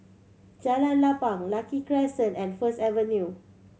Jalan Lapang Lucky Crescent and First Avenue